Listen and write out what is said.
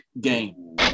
game